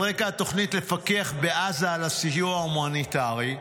על רקע התוכנית לפקח בעזה על הסיוע ההומניטרי,